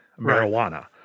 marijuana